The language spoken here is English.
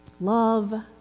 Love